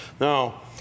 Now